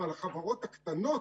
אבל החברות הקטנות